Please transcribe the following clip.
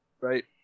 right